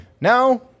Now